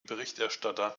berichterstatter